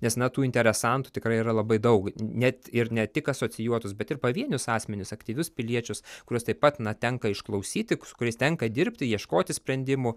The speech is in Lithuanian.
nes natų interesantų tikrai yra labai daug net ir ne tik asocijuotus bet ir pavienius asmenis aktyvius piliečius kuriuos taip pat na tenka išklausyti su kuris tenka dirbti ieškoti sprendimų